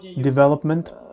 development